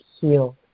healed